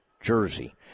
jersey